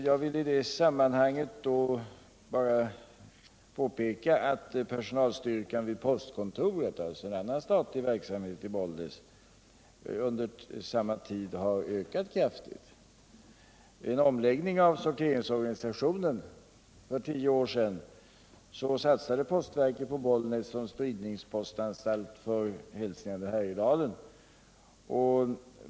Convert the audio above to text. Jag vill i det sammanhanget bara påpeka att personalstyrkan vid postkontoret i Bollnäs — en annan statlig verksamhet — under samma tid ökat kraftigt. Vid en omläggning av sorteringsorganisationen för tio år sedan satsade postverket på Bollnäs som spridningspostanstalt för Hälsingland och Härjedalen.